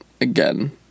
again